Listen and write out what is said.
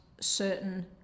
certain